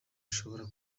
ushobora